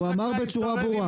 הוא אמר את זה בצורה ברורה אורי.